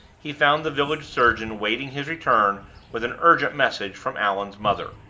he found the village surgeon waiting his return with an urgent message from allan's mother.